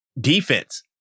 defense